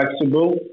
flexible